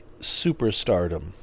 superstardom